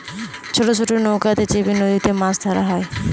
ছোট ছোট নৌকাতে চেপে নদীতে মাছ ধরা হয়